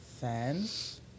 fans